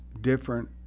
different